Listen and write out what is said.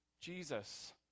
Jesus